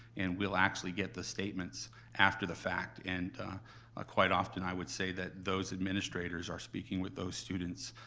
and we'll actually get the statements after the fact. and ah quite often, i would say that those administrators are speaking with those students,